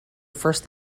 first